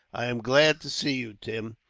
i am glad to see you, tim,